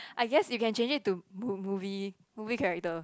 I guess you can change it to mo~ movie character